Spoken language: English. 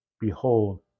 Behold